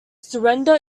surrender